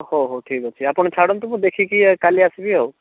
ହଉ ହଉ ଠିକ୍ ଅଛି ଆପଣ ଛାଡ଼ନ୍ତୁ ମୁଁ ଦେଖିକି କାଲି ଆସିବି ଆଉ